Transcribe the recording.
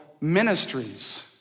ministries